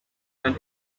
and